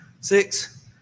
six